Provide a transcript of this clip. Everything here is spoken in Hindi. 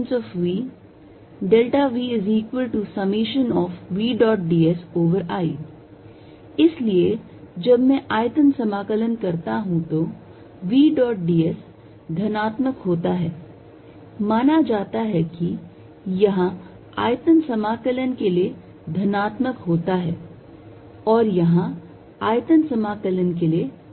v vivds इसलिए जब मैं आयतन समाकलन करता हूं तो v dot d s धनात्मक होता है माना जाता है कि यहां आयतन समाकलन के लिए धनात्मक होता है और यहां आयतन समाकलन के लिए ऋणात्मक होता है